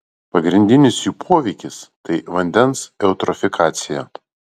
pagrindinis jų poveikis tai vandens eutrofikacija